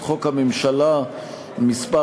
ה"ח הממשלה מס'